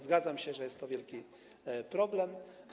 Zgadzam się, że jest to wielki problem.